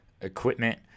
equipment